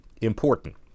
important